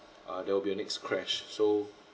uh there will be a next crash so